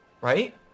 Right